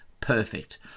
Perfect